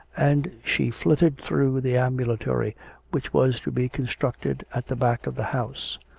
and she flitted through the ambulatory which was to be constructed at the back of the house.